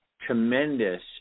tremendous